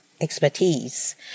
expertise